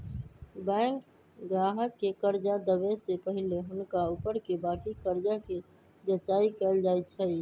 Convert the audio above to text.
bank गाहक के कर्जा देबऐ से पहिले हुनका ऊपरके बाकी कर्जा के जचाइं कएल जाइ छइ